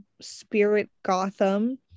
Spirit-Gotham